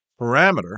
parameter